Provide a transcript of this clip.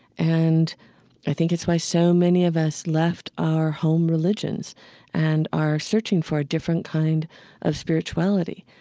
and i think it's why so many of us left our home religions and are searching for a different kind of spirituality